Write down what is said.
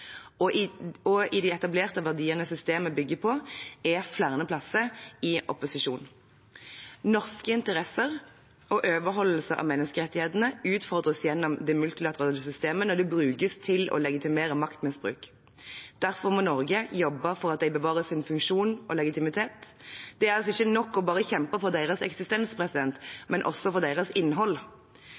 med nytt innhold, og de etablerte verdiene systemet bygger på, er flere plasser i opposisjon. Norske interesser og overholdelse av menneskerettighetene utfordres gjennom det multilaterale systemet når det brukes til å legitimere maktmisbruk. Derfor må Norge jobbe for at de bevarer sin funksjon og legitimitet. Det er altså ikke nok bare å kjempe for deres eksistens, man må kjempe også for deres innhold.